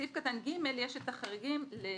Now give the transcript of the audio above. בסעיף קטן (ג) יש את החריגים להודעה,